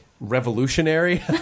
revolutionary